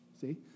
see